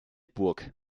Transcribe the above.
burg